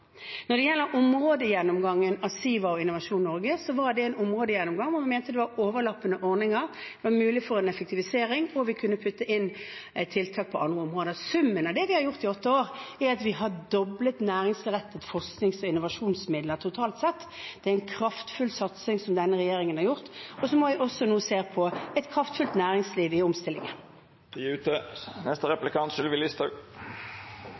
Når det gjelder områdegjennomgangen av Siva og Innovasjon Norge, så var det en områdegjennomgang hvor man mente det var overlappende ordninger. Det var mulig å få en effektivisering, og vi kunne putte inn tiltak på andre områder. Summen av det vi har gjort i åtte år, er at vi har doblet næringsrettede forsknings- og innovasjonsmidler totalt sett. Det er en kraftfull satsing den forrige regjeringen har gjort, og som vi også nå ser i et kraftfullt næringsliv i